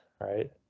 right